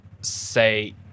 say